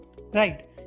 Right